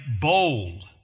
bold